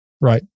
Right